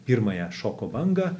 pirmąją šoko bangą